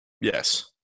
yes